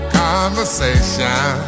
conversation